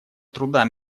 труда